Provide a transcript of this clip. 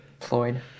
Floyd